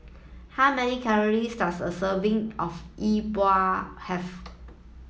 how many calories does a serving of E Bua have